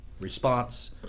response